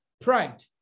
pride